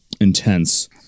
intense